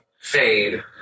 fade